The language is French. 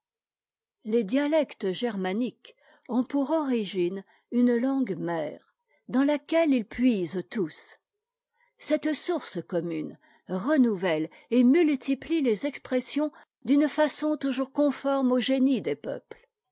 les dialectes germaniques ont pour origine une langue mère dans laquelle ils puisent tous cette source commune renouvelle et multiplie les expressions d'une façon toujours conforme au génie des peuples